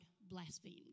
blasphemed